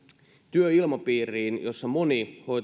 työilmapiiriin josta moni